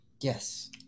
Yes